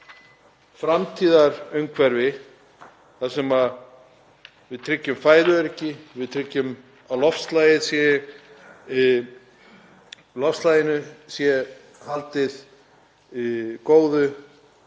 framtíðarumhverfi þar sem við tryggjum fæðuöryggi, við tryggjum að loftslaginu sé haldið góðu,